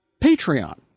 Patreon